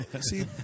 see